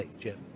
Jim